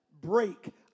break